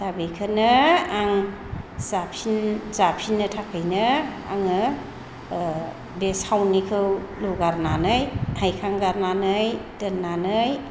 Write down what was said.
दा बेखोनो आं जाफिन जाफिननो थाखैनो आङो बे सायावनिखौ लुगारनानै हायखांगारनानै दोननानै